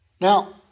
Now